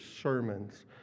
sermons